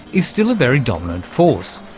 is still a very dominant force,